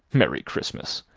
merry christmas!